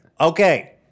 Okay